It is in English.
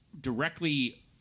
directly